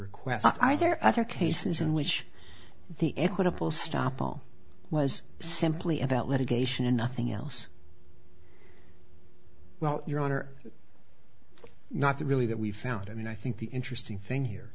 request either other cases in which the equitable stoppel was simply about litigation and nothing else well your honor not really that we've found and i think the interesting thing here